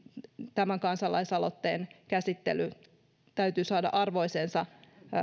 tämän kansalaisaloitteen täytyy saada arvoisensa